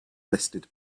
listed